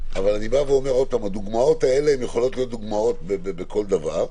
פעם, הדוגמאות האלה נכונות לכל דבר.